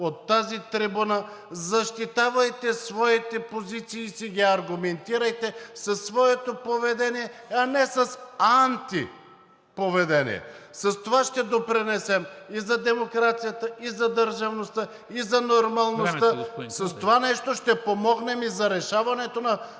от тази трибуна, защитавайте своите позиции и ги аргументирайте със своето поведение, а не с антиповедение. С това ще допринесем и за демокрацията, и за държавността, и за нормалността… ПРЕДСЕДАТЕЛ НИКОЛА МИНЧЕВ: Времето,